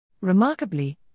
Remarkably